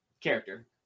character